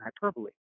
hyperbole